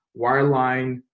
wireline